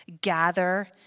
gather